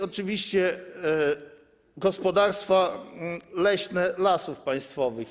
Oczywiście gospodarstwo leśne Lasy Państwowe.